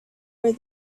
where